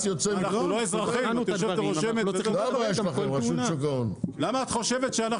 מה האחריות של הממשלה פה כשהיא מפרסמת את המדד הזה?